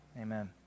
Amen